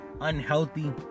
unhealthy